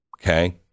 Okay